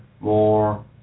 more